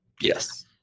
yes